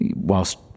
whilst